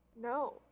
No